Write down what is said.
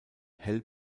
hell